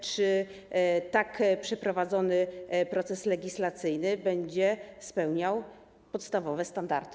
Czy tak przeprowadzony proces legislacyjny będzie spełniał podstawowe standardy?